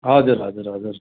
हजुर हजुर हजुर